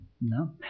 No